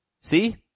See